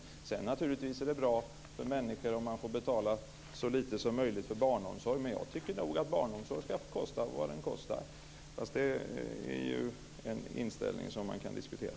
Sedan är det naturligtvis bra för människor om de får betala så lite som möjligt för barnomsorgen. Men jag tycker nog att barnomsorgen ska få kosta vad den kostar. Fast det är en inställning som man kan diskutera.